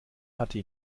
hatte